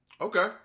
Okay